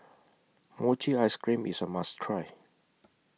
Mochi Ice Cream IS A must Try